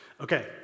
Okay